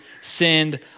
sinned